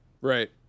Right